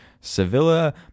Sevilla